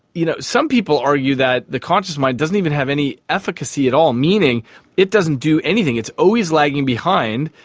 you know some people argue that the conscious mind doesn't even have any efficacy at all, meaning it doesn't do anything, it's always lagging behind,